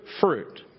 Fruit